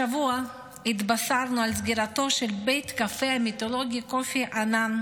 השבוע התבשרנו על סגירתו של בית הקפה המיתולוגי "קופי ענן",